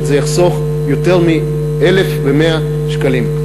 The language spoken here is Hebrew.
פעם בשנה זה יחסוך יותר מ-1,100 שקלים.